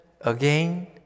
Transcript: again